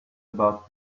about